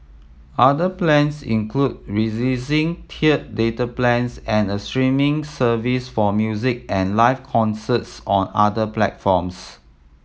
other plans include releasing tiered data plans and a streaming service for music and live concerts on other platforms